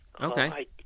Okay